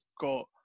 got